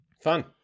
Fun